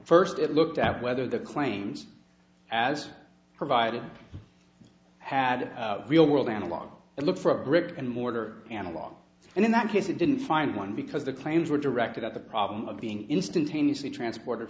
first it looked at whether the claims as provided had a real world an along and look for a brick and mortar and along and in that case you didn't find one because the claims were directed at the problem of being instantaneously transporte